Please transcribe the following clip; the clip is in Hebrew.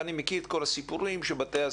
ואני מכיר את כל הסיפורים של בתי-הספר,